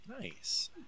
Nice